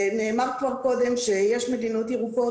נאמר כבר קודם שיש מדינות ירוקות.